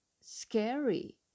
scary